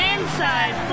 Inside